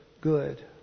good